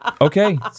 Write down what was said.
Okay